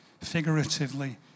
figuratively